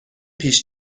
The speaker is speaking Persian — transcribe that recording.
پیش